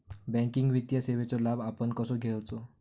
Banking वित्तीय सेवाचो लाभ आपण कसो घेयाचो?